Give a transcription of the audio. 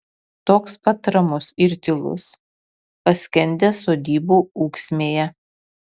toks pat ramus ir tylus paskendęs sodybų ūksmėje